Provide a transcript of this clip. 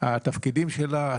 התפקידים שלה,